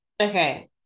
Okay